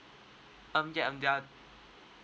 um yeah there are